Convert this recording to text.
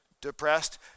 depressed